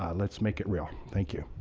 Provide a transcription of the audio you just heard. um let's make it real. thank you.